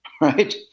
right